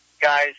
Guys